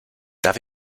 darf